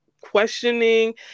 questioning